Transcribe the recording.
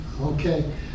Okay